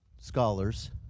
scholars